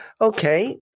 Okay